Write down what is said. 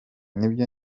nibyo